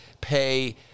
pay